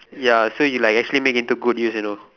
ya so you like actually make into good use you know